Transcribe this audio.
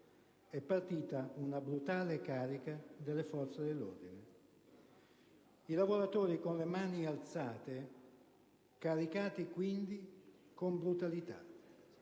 è partita una brutale carica delle forze dell'ordine; i lavoratori, con le mani alzate, sono stati caricati con brutalità.